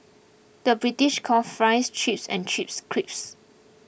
the British calls Fries Chips and Chips Crisps